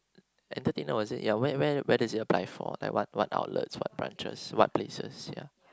entertainer or is it ya where where where does it apply for like what what outlets what branches what places ya